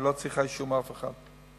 היא לא צריכה אישור מאף אחד.